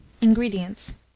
Ingredients